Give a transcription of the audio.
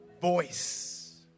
voice